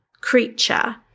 creature